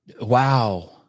Wow